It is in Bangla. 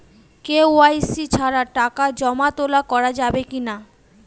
কে.ওয়াই.সি ছাড়া টাকা জমা তোলা করা যাবে কি না?